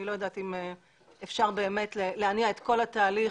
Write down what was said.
אני לא יודעת אם אפשר באמת להניע את כל התהליך